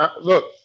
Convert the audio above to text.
Look